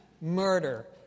murder